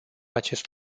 acest